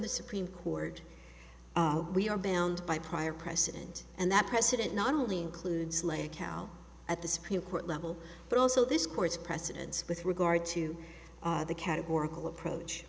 the supreme court we are bound by prior precedent and that precedent not only includes like how at the supreme court level but also this court's precedents with regard to the categorical approach